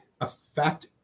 affect